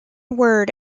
word